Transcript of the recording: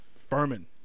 Furman